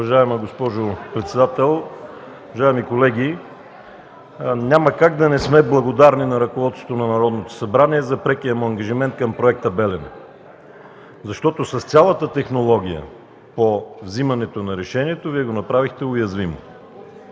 Уважаема госпожо председател, уважаеми колеги! Няма как да не сме благодарни на ръководството на Народното събрание за прекия му ангажимент към Проекта „Белене”, защото с цялата технология по вземането на решението Вие го направихте уязвимо.